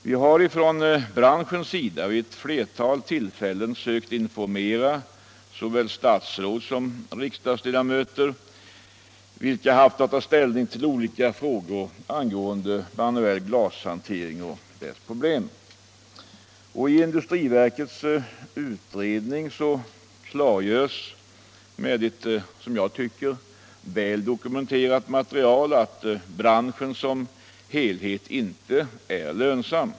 Vi har från branschens sida vid flera tillfällen sökt informera såväl statsråd som riksdagsledamöter vilka haft att ta ställning till olika frågor angående manuell glashantering och dess problem. I industriverkets utredning klargörs med ett, som jag tycker, väl dokumenterat material att branschen som helhet ej är lönsam.